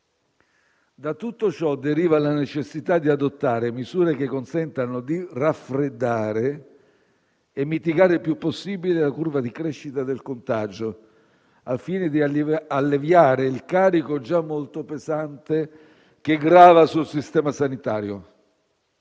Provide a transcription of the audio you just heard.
Da tutto ciò deriva la necessità di adottare misure che consentano di raffreddare e mitigare il più possibile la curva di crescita del contagio, al fine di alleviare il carico già molto pesante che grava sul sistema sanitario.